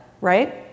right